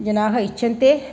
जनाः इच्छन्ति